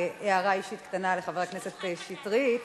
הערה אישית קטנה לחבר הכנסת שטרית: